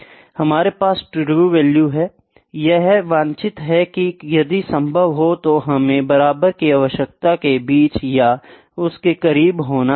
हमारे पास true value है यह वांछित है कि यदि संभव हो तो हमें बराबर की आवश्यकता के बीच या उसके करीब होना चाहिए